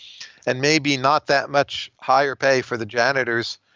and maybe not that much higher pay for the janitors,